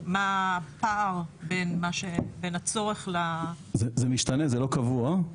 מה הפער בין הצורך ל- -- זה משתנה, זה לא קבוע.